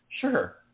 Sure